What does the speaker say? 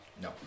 No